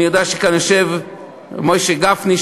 אני יודע שיושב כאן מוישה גפני,